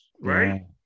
right